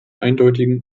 eindeutigen